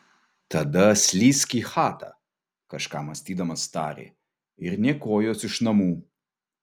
tada slysk į chatą kažką mąstydamas tarė ir nė kojos iš namų